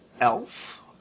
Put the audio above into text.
elf